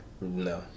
No